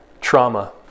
trauma